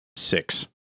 Six